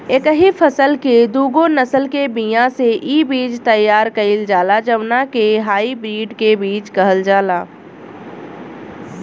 एकही फसल के दूगो नसल के बिया से इ बीज तैयार कईल जाला जवना के हाई ब्रीड के बीज कहल जाला